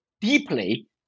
deeply